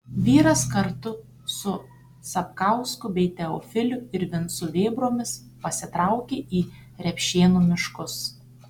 vyras kartu su sapkausku bei teofiliu ir vincu vėbromis pasitraukė į repšėnų miškus